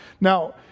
Now